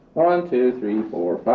one, two, three, four,